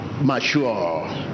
mature